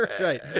Right